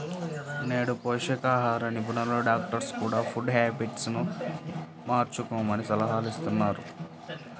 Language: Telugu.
నేడు పోషకాహార నిపుణులు, డాక్టర్స్ కూడ ఫుడ్ హ్యాబిట్స్ ను మార్చుకోమని సలహాలిస్తున్నారు